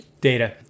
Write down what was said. data